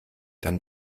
dann